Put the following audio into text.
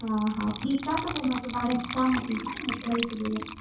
हा हा ठीकु आहे त पोइ मां सुभाणे अचांव थी हा न जय झूलेलाल